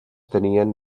tenien